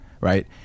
Right